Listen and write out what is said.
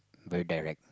very direct